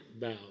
bow